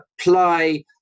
apply